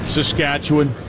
Saskatchewan